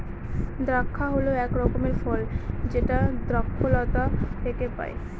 দ্রাক্ষা হল এক রকমের ফল যেটা দ্রক্ষলতা থেকে পায়